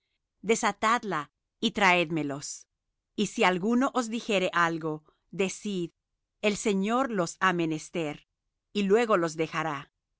la y traédme los y si alguno os dijere algo decid el señor los ha menester y luego los dejará